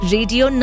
Radio